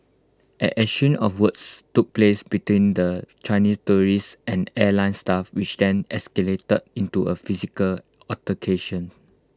an exchange of words took place between the Chinese tourists and airline staff which then escalated into A physical altercation